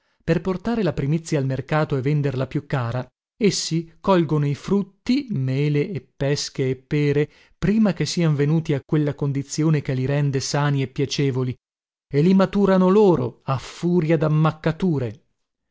per portare la primizia al mercato e venderla più cara essi colgono i frutti mele e pesche e pere prima che sian venuti a quella condizione che li rende sani e piacevoli e li maturano loro a furia dammaccature